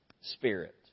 Spirit